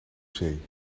zee